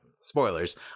spoilers